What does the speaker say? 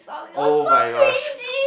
oh-my-gosh